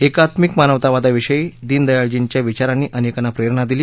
एकात्मिक मानवतावादाविषयी दिनदयाळजींच्या विचारानी अनेकांना प्रेरणा दिली